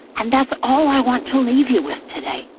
and that's all i want to leave you with today.